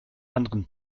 anderen